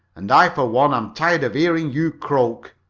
and i, for one, am tired of hearing you croak.